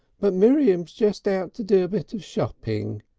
but miriam's just out to do a bit of shopping.